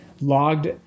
logged